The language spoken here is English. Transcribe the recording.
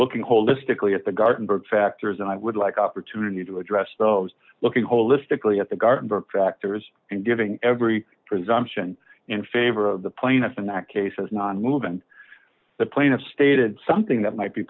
looking holistically at the gartenberg factors and i would like opportunity to address those looking holistically at the gartenberg factors and giving every presumption in favor of the plaintiff in that case as nonmoving the plaintiff stated something that might be